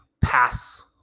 pass